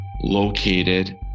located